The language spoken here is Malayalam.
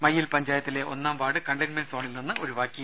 മയ്യിൽ പഞ്ചായത്തിലെ ഒന്നാം വാർഡ് കണ്ടെയിൻമെന്റ് സോണിൽ നിന്ന് ഒഴിവാക്കി